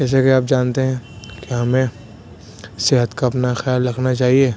جیسے کہ آپ جانتے ہیں کہ ہمیں صحت کا اپنا خیال رکھنا چاہیے